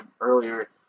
earlier